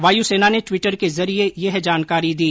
वायु सेना ने ट्विटर के जरिए यह जानकारी दी